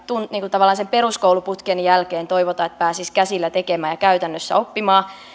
tavallaan sen peruskouluputken jälkeen toivotaan että pääsisi käsillä tekemään ja käytännössä oppimaan